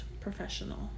professional